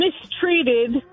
mistreated